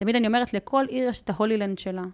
תמיד אני אומרת לכל עיר יש את ה-Hollyland שלה.